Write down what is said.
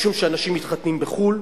משום שאנשים מתחתנים בחו"ל,